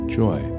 joy